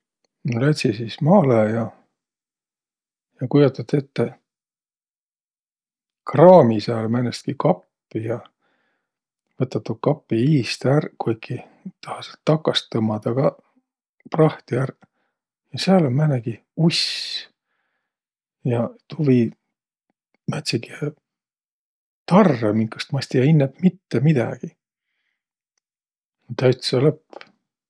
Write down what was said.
No lätsi sis maalõ ja, ja kujotat ette, kraami sääl määnestki kappi ja võta tuu kapi iist ärq kuiki, taha säält takast tõmmadaq kah prahti ärq. Ja sääl um määnegi uss ja tuu vii määntsegihe tarrõ, minkast ma es tiiäq innemb mitte midägiq. Täütsä lõpp.